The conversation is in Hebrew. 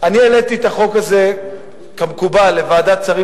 אנחנו עוברים עכשיו להמלצת ועדת הכנסת.